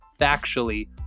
factually